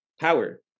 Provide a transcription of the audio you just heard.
power